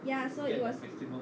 ya so it was